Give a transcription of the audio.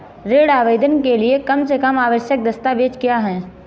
ऋण आवेदन के लिए कम से कम आवश्यक दस्तावेज़ क्या हैं?